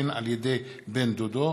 בקטין על-ידי בן-דודו),